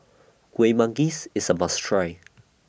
Kueh Manggis IS A must Try